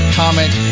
comment